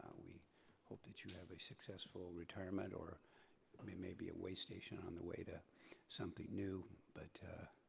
we hope that you have a successful retirement or maybe a way station on the way to something new but